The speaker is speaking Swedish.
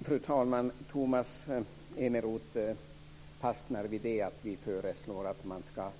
Fru talman! Tomas Eneroth fastnar vid att vi föreslår att man ska